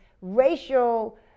racial